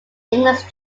english